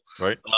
Right